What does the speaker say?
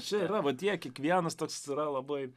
čia yra va tie kiekvienas toks yra labai